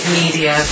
media